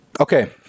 Okay